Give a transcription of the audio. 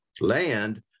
land